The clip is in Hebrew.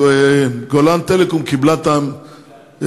כש"גולן טלקום" קיבלה את המכרז,